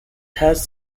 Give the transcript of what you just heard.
has